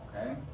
Okay